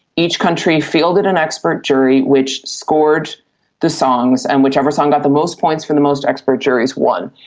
each country fielded an expert jury which scored the songs, and whichever song got the most points from the most expert juries won.